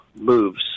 moves